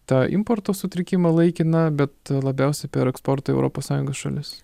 tą importo sutrikimą laikiną bet labiausia per eksportą į europos sąjungos šalis